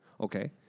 okay